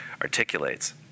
articulates